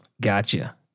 Gotcha